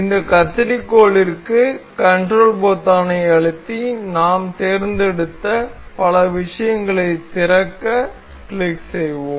இந்த கத்தரிக்கோலிற்க்கு கன்ட்ரோல் பொத்தானை அழுத்தி நாம் தேர்ந்தெடுத்த பல விஷயங்களை திறக்க கிளிக் செய்வோம்